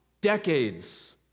decades